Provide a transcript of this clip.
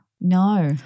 No